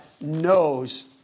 knows